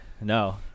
No